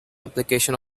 application